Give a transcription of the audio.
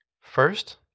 First